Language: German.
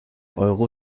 euro